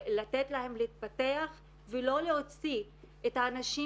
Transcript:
לתת להם להתפתח ולא להוציא את האנשים